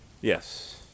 yes